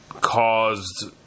caused